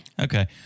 Okay